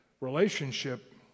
relationship